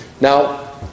Now